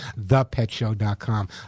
thepetshow.com